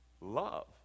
love